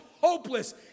hopeless